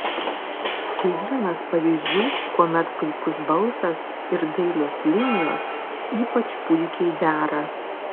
tai vienas pavyzdžių kuomet puikus balsas ir dailios linijos ypač puikiai dera